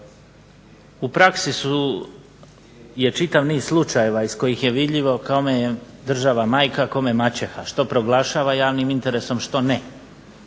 u praksi je čitav niz slučajeva iz kojih je vidljivo kome je država majka, a kome maćeha, što proglašava javnim interesom, što ne.